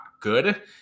good